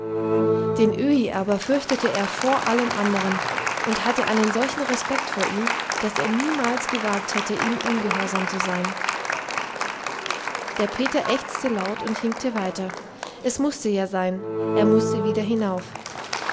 den öhi aber fürchtete er vor allen und hatte einen solchen respekt vor ihm daß er niemals gewagt hätte ihm ungehorsam zu sein der peter ächzte laut und hinkte weiter es mußte ja sein er mußte wieder hinauf